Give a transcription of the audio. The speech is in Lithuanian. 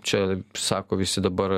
čia sako visi dabar